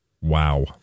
Wow